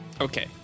okay